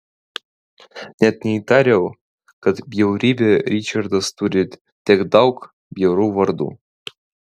net neįtariau kad bjaurybė ričardas turi tiek daug bjaurių vardų